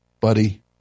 buddy